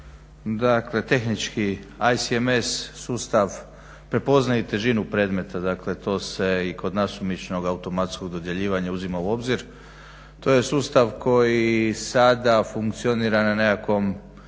se ne razumije./… sustav prepoznaje i težinu predmeta. Dakle, to se i kod nasumičnog automatskog dodjeljivanja uzima u obzir. To je sustav koji sada funkcionira na nekakvom